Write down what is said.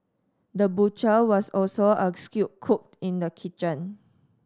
the butcher was also a skilled cook in the kitchen